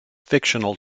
fictional